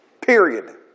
Period